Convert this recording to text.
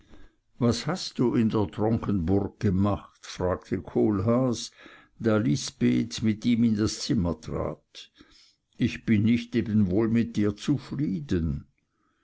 was hast du in der tronkenburg gemacht fragte kohlhaas da lisbeth mit ihm in das zimmer trat ich bin nicht eben wohl mit dir zufrieden